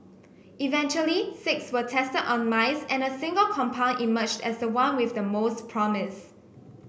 eventually six were tested on mice and a single compound emerged as the one with the most promise